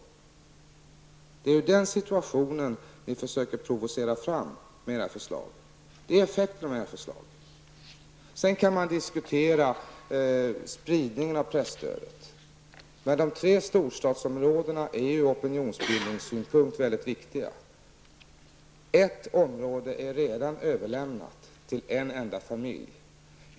Det är ju den situationen ni försöker provocera fram med era förslag. Det blir effekten av förslagen. Sedan kan man diskutera spridningen av presstödet, men de tre storstadsområdena är ur opinionsbildningssynpunkt väldigt viktiga. Ett område är redan överlämnat till en enda familj.